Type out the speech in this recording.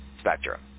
spectrum